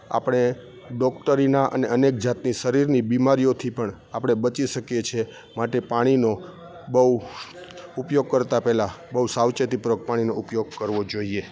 આપણે ડોક્ટરીનાં અને અનેક જાતની શરીરની બીમારીઓથી પણ આપણે બચી શકીએ છીએ માટે પાણીનો બહુ ઉપયોગ કરતાં પહેલા બહુ સાવચેતીપૂર્વક પાણીનો ઉપયોગ કરવો જોઈએ